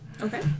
Okay